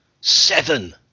seven